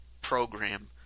program